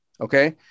Okay